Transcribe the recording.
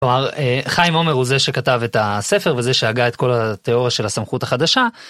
חיים עומר הוא זה שכתב את הספר וזה שהגה את כל התיאוריה של הסמכות החדשה.